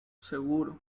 seguro